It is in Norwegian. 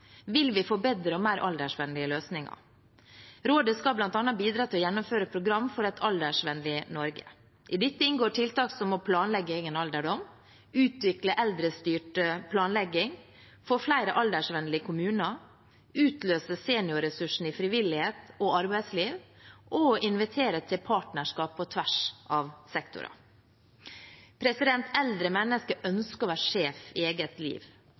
vil vi få bedre og mer aldersvennlige løsninger. Rådet skal bl.a. bidra til å gjennomføre program for et aldersvennlig Norge. I dette inngår tiltak som å planlegge egen alderdom, utvikle eldrestyrt planlegging, få flere aldersvennlige kommuner, utløse seniorressursen i frivillighet og arbeidsliv og å invitere til partnerskap på tvers av sektorer. Eldre mennesker ønsker å være sjef i eget liv,